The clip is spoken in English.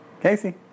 Casey